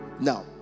now